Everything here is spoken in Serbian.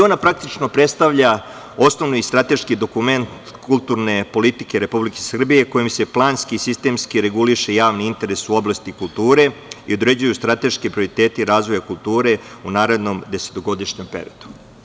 Ona praktično predstavlja osnovni i strateški dokument kulturne politike Republike Srbije kojom se planski i sistemski reguliše javni interes u oblasti kulture i određuju strateški prioriteti razvoja kulture u narednom desetogodišnjem periodu.